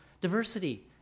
Diversity